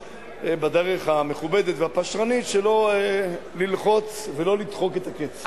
בדרך המכובדת והפשרנית שלא ללחוץ ולא לדחוק את הקץ.